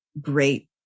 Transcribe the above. great